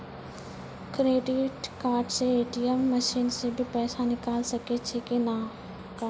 Credit card से ATM machine से भी पैसा निकल सकै छि का हो?